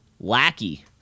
lackey